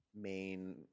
main